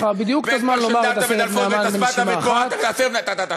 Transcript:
יש לך בדיוק את הזמן לומר את עשרת בני המן בנשימה אחת.